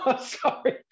sorry